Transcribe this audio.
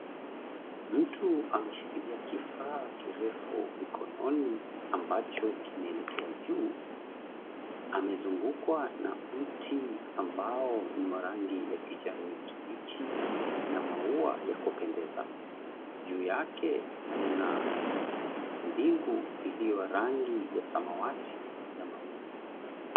Mtu ameshikilia kifaa kirefu mkononi ambacho kinaelekea juu. Amezungukwa na mti ambao ni wa rangi ya kijani kibichi na maua ya kupendeza. Juu yake kuna mbingu iliyo rangi ya samawati na mawingu meupe.